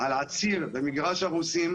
על עציר במגרש הרוסים.